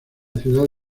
ciudad